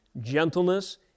gentleness